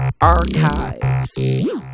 archives